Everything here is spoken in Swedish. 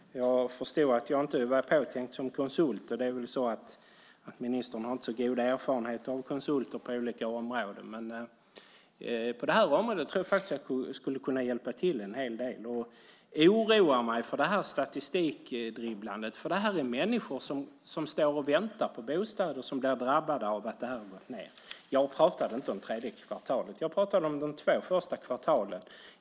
Jag förstår att jag inte var påtänkt som konsult. Ministern har väl inte haft så goda erfarenheter av konsulter på olika områden, men på det här området tror jag faktiskt att jag skulle kunna hjälpa till en hel del. Jag oroar mig för statistikdribblandet, för det handlar om människor som väntar på bostad och blir drabbade av att byggandet gått ned. Jag talade inte om tredje kvartalet. Jag talade om de två första kvartalen.